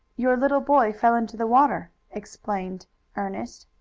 your little boy fell into the water, explained ernest.